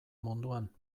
munduan